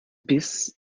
biss